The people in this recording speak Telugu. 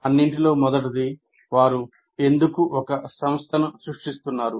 అన్నింటిలో మొదటిది వారు ఎందుకు ఒక సంస్థను సృష్టిస్తున్నారు